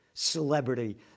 celebrity